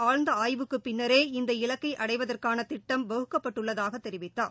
ஆழ்ந்த ஆய்வுக்குப் பின்னரே இந்த இலக்கை அடைவதற்கான திட்டம் வகுக்கப்பட்டுள்ளதாக தெரிவித்தார்